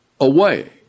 away